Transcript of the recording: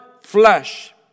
flesh